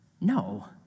No